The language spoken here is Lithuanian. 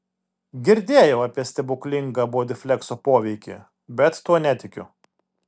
girdėjau apie stebuklinga bodiflekso poveikį bet tuo netikiu